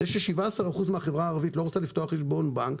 זה ש-17% מן החברה הערבית לא רוצה לפתוח חשבון בנק,